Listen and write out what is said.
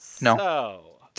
No